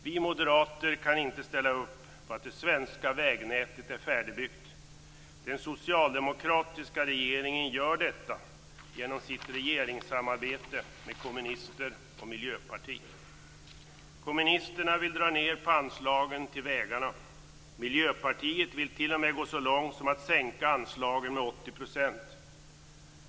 Vi moderater kan inte ställa upp på att det svenska vägnätet är färdigbyggt. Den socialdemokratiska regeringen gör detta genom sitt regeringssamarbete med kommunister och miljöparti. Kommunisterna vill dra ned på anslagen till vägarna. Miljöpartiet vill t.o.m. gå så långt som att sänka anslagen med 80 %.